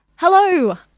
Hello